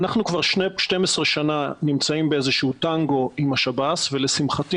אנחנו כבר 12 שנה נמצאים באיזה שהוא טנגו עם השב"ס ולשמחתי,